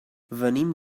venim